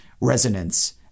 resonance